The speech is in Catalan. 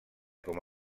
com